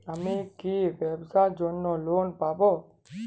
আমি কি ব্যবসার জন্য লোন পাব?